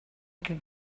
que